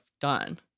done